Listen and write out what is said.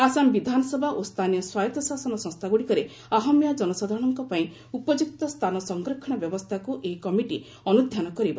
ଆସାମ ବିଧାନସଭା ଓ ସ୍ଥାନୀୟ ସ୍ୱାୟତ୍ତ ଶାସନ ସଂସ୍ଥାଗୁଡ଼ିକରେ ଅହମିଆ ଜନସାଧାରଣଙ୍କ ପାଇଁ ଉପଯୁକ୍ତ ସ୍ଥାନ ସଂରକ୍ଷଣ ବ୍ୟବସ୍ଥାକୁ ଏହି କମିଟି ଅନୁଧ୍ୟାନ କରିବ